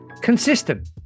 Consistent